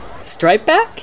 Stripeback